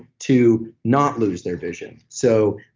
to not lose their vision. so,